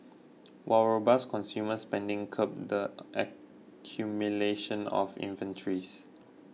while robust consumer spending curbed the accumulation of inventories